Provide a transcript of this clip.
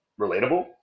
relatable